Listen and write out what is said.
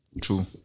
True